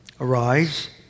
Arise